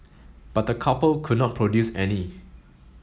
but the couple could not produce any